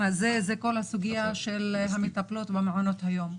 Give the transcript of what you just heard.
הזה זו כל הסוגיה של המטפלות במעונות היום.